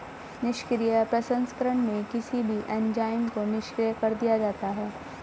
निष्क्रिय प्रसंस्करण में किसी भी एंजाइम को निष्क्रिय कर दिया जाता है